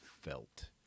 felt